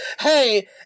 Hey